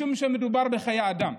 משום שמדובר בחיי אדם.